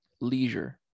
leisure